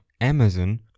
Amazon